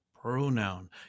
pronoun